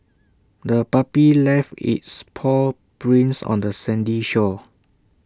the puppy left its paw prints on the sandy shore